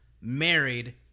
married